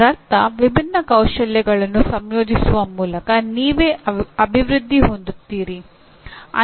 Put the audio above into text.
ಇದರರ್ಥ ವಿಭಿನ್ನ ಕೌಶಲ್ಯಗಳನ್ನು ಸಂಯೋಜಿಸುವ ಮೂಲಕ ನೀವೇ ಅಭಿವೃದ್ಧಿ ಹೊಂದುತ್ತೀರಿ